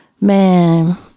Man